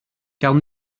gawn